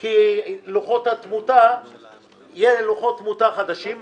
כי יהיו לוחות תמותה חדשים,